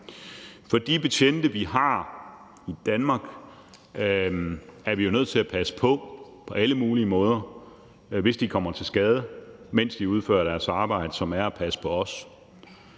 For de betjente, vi har i Danmark, er vi jo nødt til at passe på på alle mulige måder, hvis de kommer til skade, mens de udfører deres arbejde, som er at passe på os.